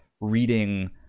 reading